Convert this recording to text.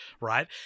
Right